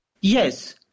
Yes